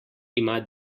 ima